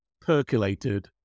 percolated